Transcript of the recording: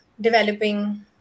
developing